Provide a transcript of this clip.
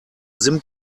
sim